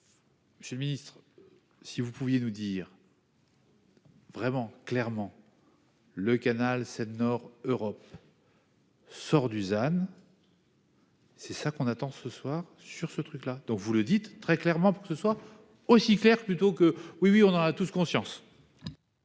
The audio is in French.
Monsieur le Ministre, si vous pouviez nous dire. Vraiment, clairement. Le canal Seine-Nord Europe. Sort Dusan. C'est ça qu'on attend ce soir sur ce truc-là donc, vous le dites très clairement pour que ce soit aussi clair plutôt que oui oui on a tous conscience.